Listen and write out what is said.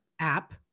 app